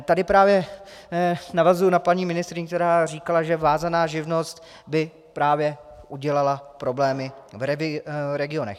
Tady právě navazuji na paní ministryni, která říkala, že vázaná živnost by právě udělala problémy v regionech.